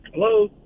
Hello